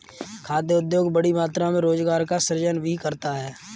खाद्य उद्योग बड़ी मात्रा में रोजगार का सृजन भी करता है